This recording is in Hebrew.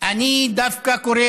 אני דווקא קורא,